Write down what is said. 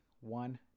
one